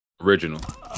Original